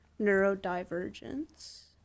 neurodivergence